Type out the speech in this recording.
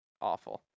Awful